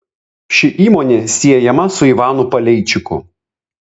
ši įmonė siejama su ivanu paleičiku